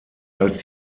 als